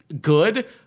good